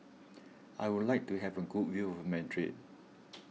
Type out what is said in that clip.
I would like to have a good view of Madrid